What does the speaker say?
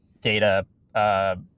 data